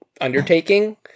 undertaking